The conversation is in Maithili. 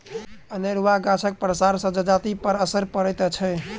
अनेरूआ गाछक पसारसँ जजातिपर असरि पड़ैत छै